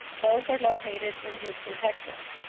both are located in houston, texas.